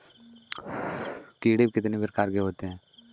कीड़े कितने प्रकार के होते हैं?